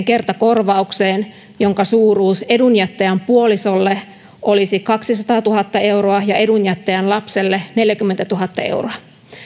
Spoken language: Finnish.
kertakorvaukseen jonka suuruus edunjättäjän puolisolle olisi kaksisataatuhatta euroa ja edunjättäjän lapselle neljäkymmentätuhatta euroa